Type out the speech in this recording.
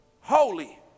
Holy